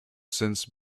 since